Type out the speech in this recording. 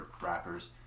rappers